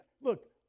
look